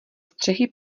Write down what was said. střechy